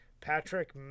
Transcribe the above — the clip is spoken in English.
Patrick